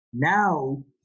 Now